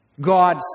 God